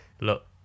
Look